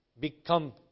become